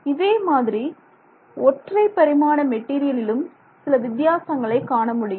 இதே மாதிரி ஒற்றை பரிமாண மெட்டீரியலிலும் சில வித்தியாசங்களை காணமுடியும்